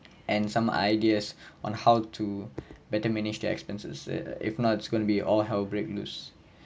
and some ideas on how to better manage their expenses eh if not it's gonna be all hell break loose